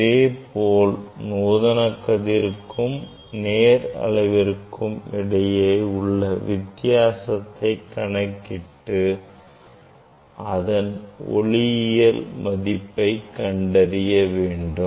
இதேபோல் நூதன கதிருக்கும் நேர் அளவிற்கும் இடையே உள்ள வித்தியாசத்தை கணக்கிட்டு அதன் ஒளிவிலகல் மதிப்பை கண்டறியலாம்